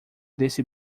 desse